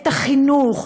את החינוך,